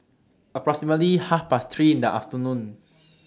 approximately Half Past three in The afternoon